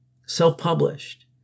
Self-published